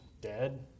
dead